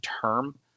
term